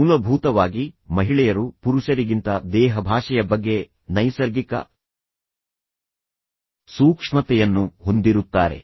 ಮೂಲಭೂತವಾಗಿ ಮಹಿಳೆಯರು ಪುರುಷರಿಗಿಂತ ದೇಹ ಭಾಷೆಯ ಬಗ್ಗೆ ನೈಸರ್ಗಿಕ ಸೂಕ್ಷ್ಮತೆಯನ್ನು ಹೊಂದಿರುತ್ತಾರೆ